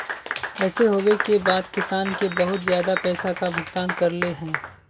ऐसे होबे के बाद किसान के बहुत ज्यादा पैसा का भुगतान करले है?